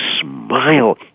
smile